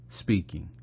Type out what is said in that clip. speaking